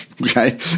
Okay